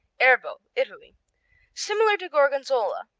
erbo italy similar to gorgonzola.